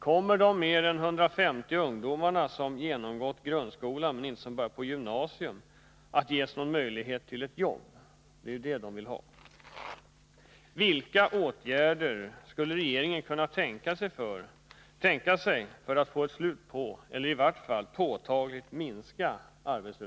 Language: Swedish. Kommer de mer än 150 ungdomarna, som genomgått grundskolan men inte börjat på gymnasiet, att ges någon möjlighet till ett jobb? Det är ju det de vill ha.